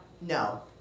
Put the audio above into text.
no